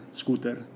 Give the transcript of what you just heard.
scooter